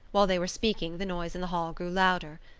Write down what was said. while they were speaking the noise in the hall grew louder.